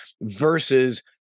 versus